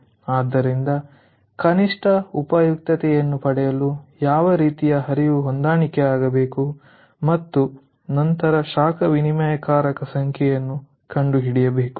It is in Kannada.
ಆದ್ದರಿಂದ ಕನಿಷ್ಠ ಉಪಯುಕ್ತತೆಯನ್ನು ಪಡೆಯಲು ಯಾವ ರೀತಿಯ ಹರಿವು ಹೊಂದಾಣಿಕೆಯಾಗಬೇಕು ಮತ್ತು ನಂತರ ಶಾಖ ವಿನಿಮಯಕಾರಕದ ಸಂಖ್ಯೆಯನ್ನು ಕಂಡುಹಿಡಿಯಬೇಕು